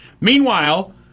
Meanwhile